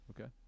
Okay